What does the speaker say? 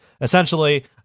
Essentially